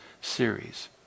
series